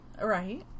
right